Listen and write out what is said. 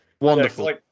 Wonderful